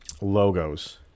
Logos